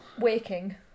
waking